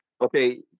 Okay